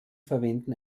verwenden